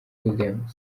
williams